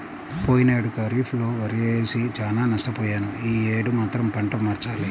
పోయినేడు ఖరీఫ్ లో వరేసి చానా నష్టపొయ్యాను యీ యేడు మాత్రం పంట మార్చాలి